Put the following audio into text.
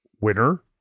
Winner